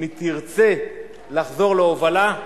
אם היא תרצה לחזור להובלה,